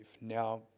now